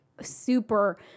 super